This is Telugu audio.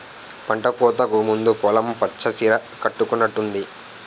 పంటకోతకు ముందు పొలం పచ్చ సీర కట్టుకునట్టుంది